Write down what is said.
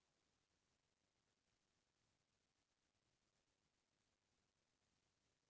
सरकार के योजना के बारे म हमन कहाँ ल जान सकथन?